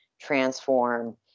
transform